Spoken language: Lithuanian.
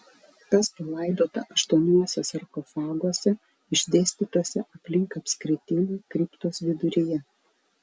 kas palaidota aštuoniuose sarkofaguose išdėstytuose aplink apskritimą kriptos viduryje